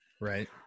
Right